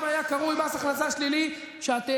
אתם